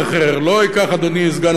לא ייקח אדוני סגן השר,